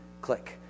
Click